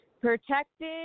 protected